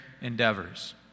endeavors